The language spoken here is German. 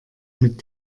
mit